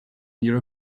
near